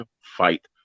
fight